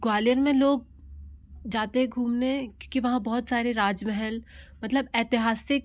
ग्वालियर में लोग जाते है घूमने क्योंकि वहाँ बहुत सारे राजमहल मतलब ऐतिहासिक